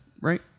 Right